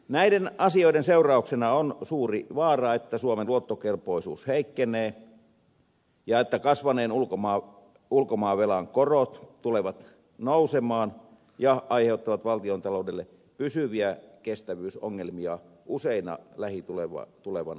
näiden asioiden seurauksena on suuri vaara että suomen luottokelpoisuus heikkenee ja että kasvaneen ulkomaanvelan korot tulevat nousemaan ja aiheuttavat valtiontaloudelle pysyviä kestävyysongelmia useana lähivuotena